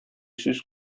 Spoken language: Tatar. сүз